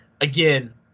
again